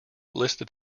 listed